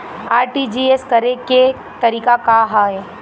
RTGS करे के तरीका का हैं?